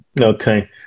Okay